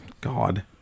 god